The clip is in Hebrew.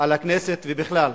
על הכנסת ובכלל,